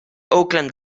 oakland